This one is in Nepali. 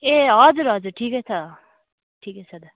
ए हजुर हजुर ठिकै छ ठिकै छ त